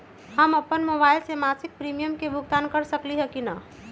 हम अपन मोबाइल से मासिक प्रीमियम के भुगतान कर सकली ह की न?